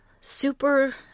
super